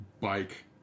bike